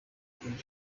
king